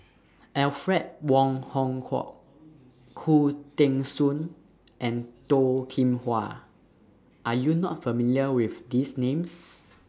Alfred Wong Hong Kwok Khoo Teng Soon and Toh Kim Hwa Are YOU not familiar with These Names